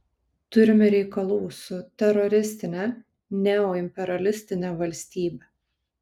turime reikalų su teroristine neoimperialistine valstybe